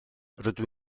rydw